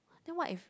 then what if